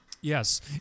Yes